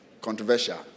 Controversial